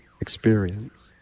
experience